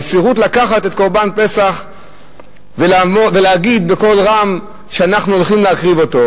המסירות לקחת את קורבן פסח ולהגיד בקול רם שאנחנו הולכים להקריב אותו,